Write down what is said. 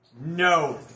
No